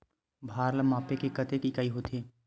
भार ला मापे के कतेक इकाई होथे?